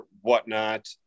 whatnot